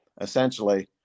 essentially